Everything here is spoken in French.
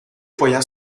voyant